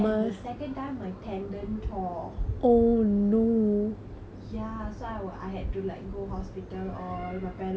ya so I wor~ I had to like go hospital all my parents were rushing me down to like A&E like the emergency